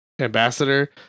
ambassador